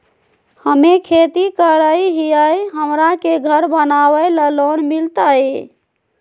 हमे खेती करई हियई, हमरा के घर बनावे ल लोन मिलतई?